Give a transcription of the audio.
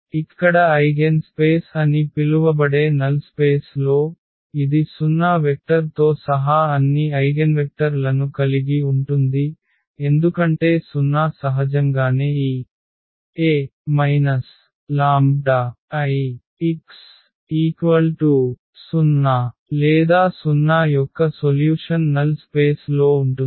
ఇక్కడ eigenspace అని పిలువబడే నల్ స్పేస్ లో ఇది 0 వెక్టర్ తో సహా అన్ని ఐగెన్వెక్టర్ లను కలిగి ఉంటుంది ఎందుకంటే 0 సహజంగానే ఈ A λIx0 లేదా 0 యొక్క సొల్యూషన్ నల్ స్పేస్ లో ఉంటుంది